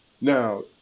now